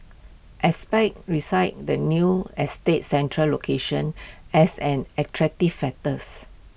experts recited the new estate's central location as an attractive factors